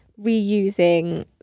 reusing